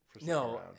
No